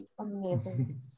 amazing